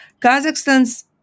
Kazakhstan's